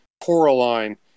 Coraline